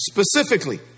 specifically